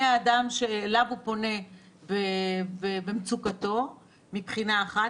מי האדם שאליו הוא פונה במצוקתו מבחינה אחת.